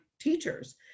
teachers